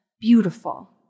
beautiful